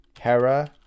Hera